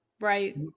Right